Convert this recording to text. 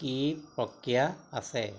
কি প্ৰক্ৰিয়া আছে